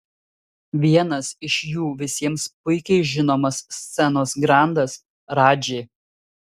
vienas iš jų visiems puikiai žinomas scenos grandas radži